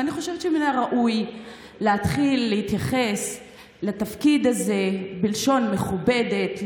ואני חושבת שמן הראוי להתחיל להתייחס לתפקיד הזה בלשון מכובדת,